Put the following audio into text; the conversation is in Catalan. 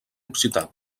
occità